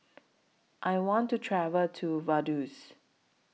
I want to travel to Vaduz